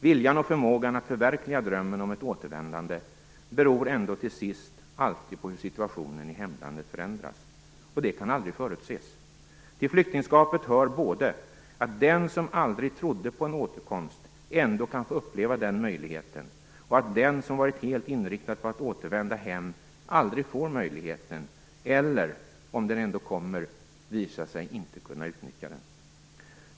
Viljan och förmågan att förverkliga drömmen om ett återvändande beror ändå till sist alltid på hur situationen i hemlandet förändras, och det kan aldrig förutses. Till flyktingskapet hör både att den som aldrig trodde på en återkomst ändå kan få uppleva den möjligheten och att den som varit helt inriktad på att återvända hem aldrig får den möjligheten eller, om den ändå kommer, inte kan - visar det sig - utnyttja den.